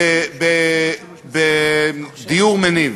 בדיור מניב.